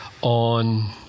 on